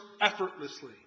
effortlessly